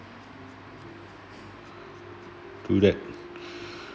through that